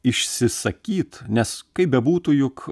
išsisakyt nes kaip bebūtų juk